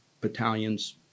battalions